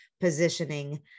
positioning